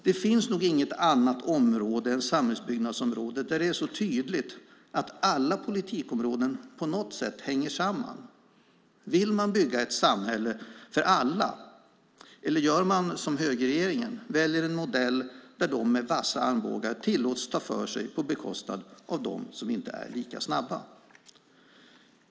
Det finns nog inget annat område än samhällsbyggnadsområdet där det är så tydligt att alla politikområden på något sätt hänger samman. Vill man bygga ett samhälle för alla eller gör man som högerregeringen, väljer en modell där de med vassa armbågar tillåts ta för sig på bekostnad av dem som inte är lika snabba?